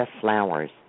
flowers